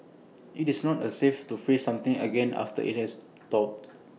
IT is not A safe to freeze something again after IT has thawed